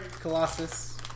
colossus